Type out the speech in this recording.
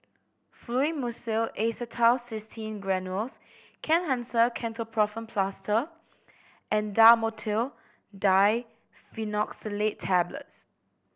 Fluimucil Acetylcysteine Granules Kenhancer Ketoprofen Plaster and Dhamotil Diphenoxylate Tablets